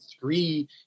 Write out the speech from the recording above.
three